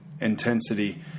intensity